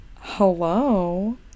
hello